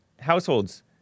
households